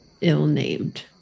ill-named